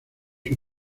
sus